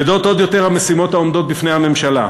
כבדות עוד יותר המשימות העומדות בפני הממשלה: